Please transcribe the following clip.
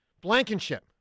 Blankenship